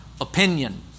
opinion